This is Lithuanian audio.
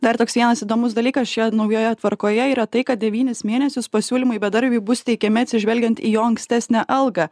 dar toks vienas įdomus dalykas čia naujoje tvarkoje yra tai kad devynis mėnesius pasiūlymai bedarbiui bus teikiami atsižvelgiant į jo ankstesnę algą